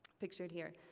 pictured here,